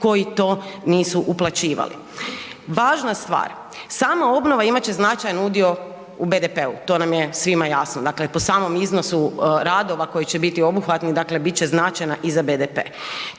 koji to nisu uplaćivali. Važna stvar, sama obnova imat će značajan udio u BDP-u, to nam je svima jasno, dakle po samom iznosu radova koji će biti obuhvatni, dakle bit će značajna i za BDP.